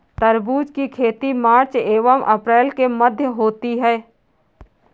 तरबूज की खेती मार्च एंव अप्रैल के मध्य होती है